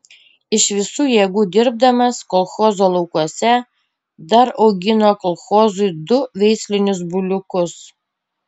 iš visų jėgų dirbdamas kolchozo laukuose dar augino kolchozui du veislinius buliukus